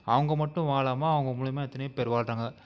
அவங்க மட்டும் வாழாம அவங்க மூலிமா எத்தனையோ பேர் வாழ்றாங்க